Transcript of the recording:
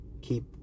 Keep